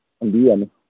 ꯍꯪꯕꯤꯌꯨ ꯌꯥꯅꯤ